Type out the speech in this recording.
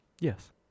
Yes